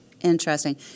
Interesting